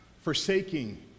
Forsaking